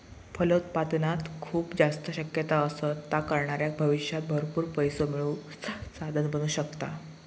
फलोत्पादनात खूप जास्त शक्यता असत, ता करणाऱ्याक भविष्यात भरपूर पैसो मिळवुचा साधन बनू शकता